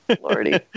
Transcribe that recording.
Lordy